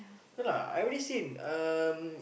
no lah I already seen um